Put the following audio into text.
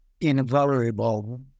invaluable